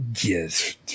Yes